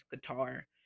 guitar